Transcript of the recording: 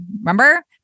Remember